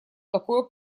такое